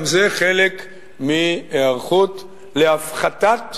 גם זה חלק מהיערכות להפחתת